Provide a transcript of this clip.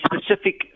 specific